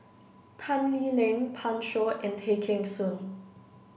Tan Lee Leng Pan Shou and Tay Kheng Soon